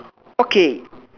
okay